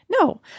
No